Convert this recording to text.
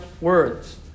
words